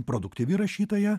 produktyvi rašytoja